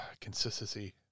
consistency